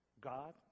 God